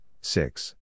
six